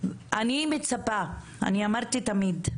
אני מצפה, אני אמרתי תמיד,